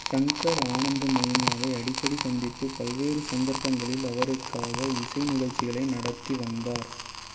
சங்கர் ஆனந்தமயிமாவை அடிக்கடி சந்தித்து பல்வேறு சந்தர்ப்பங்களில் அவருக்காக இசை நிகழ்ச்சிகளை நடத்தி வந்தார்